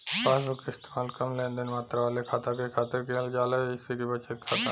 passbook क इस्तेमाल कम लेनदेन मात्रा वाले खाता के खातिर किहल जाला जइसे कि बचत खाता